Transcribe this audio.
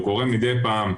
הוא קורה מדי פעם.